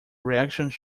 reactions